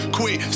Quit